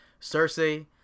Cersei